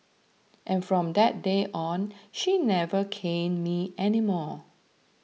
and from that day on she never caned me any more